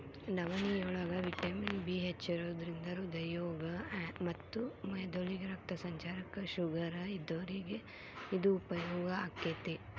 ನವನಿಯೋಳಗ vitamin B ಹೆಚ್ಚಿರೋದ್ರಿಂದ ಹೃದ್ರೋಗ ಮತ್ತ ಮೆದಳಿಗೆ ರಕ್ತ ಸಂಚಾರಕ್ಕ, ಶುಗರ್ ಇದ್ದೋರಿಗೆ ಇದು ಉಪಯೋಗ ಆಕ್ಕೆತಿ